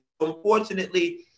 Unfortunately